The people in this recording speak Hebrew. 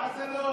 מה זה "לא"?